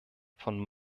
von